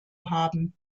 haben